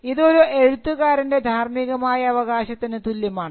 ഇത് ഒരു എഴുത്തുകാരൻറെ ധാർമികമായ അവകാശത്തിന് തുല്യമാണ്